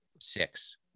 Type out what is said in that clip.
six